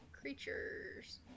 creatures